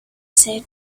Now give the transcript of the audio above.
said